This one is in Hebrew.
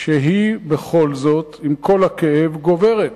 שהיא בכל זאת, עם כל הכאב, גוברת.